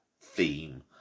theme